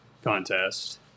contest